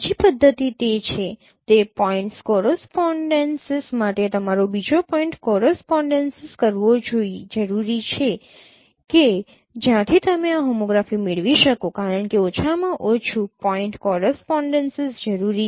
બીજી પદ્ધતિ તે છે તે પોઇન્ટ્સ કોરસપોનડેન્સીસ માટે તમારે બીજો પોઈન્ટ કોરસપોનડેન્સીસ કરવો જરૂરી છે કે જ્યાંથી તમે આ હોમોગ્રાફી મેળવી શકો કારણ કે ઓછામાં ઓછું પોઇન્ટ કોરસપોનડેન્સીસ જરૂરી છે